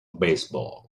baseball